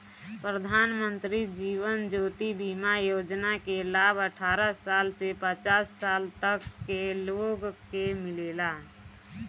प्रधानमंत्री जीवन ज्योति बीमा योजना के लाभ अठारह साल से पचास साल तक के लोग के मिलेला